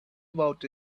about